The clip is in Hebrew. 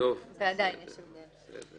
יש הבדל.